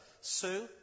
Sue